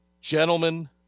gentlemen